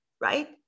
right